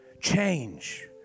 change